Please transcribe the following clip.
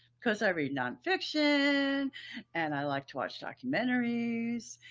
cause i read nonfiction and i like to watch documentaries.